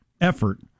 Effort